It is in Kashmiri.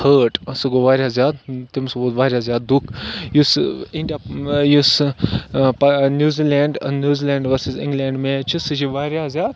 ہٲٹ سُہ گوٚو واریاہ زیادٕ تٔمِس گوٚو واریاہ زیادٕ دُکھ یُس یُس New Zealand New Zealand versus England match چھُ سُہ چھُ واریاہ زیادٕ